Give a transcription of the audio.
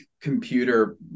computer